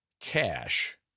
cash